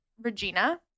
Regina